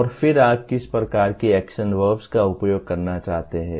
और फिर आप किस प्रकार की एक्शन वर्ब्स का उपयोग करना चाहते हैं